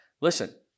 Listen